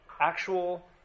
Actual